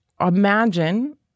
imagine